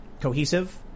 cohesive